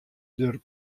der